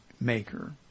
maker